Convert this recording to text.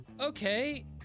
okay